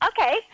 Okay